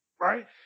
right